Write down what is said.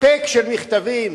חבילת מכתבים